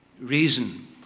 reason